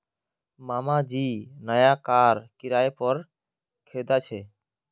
मामा जी नया कार किराय पोर खरीदा छे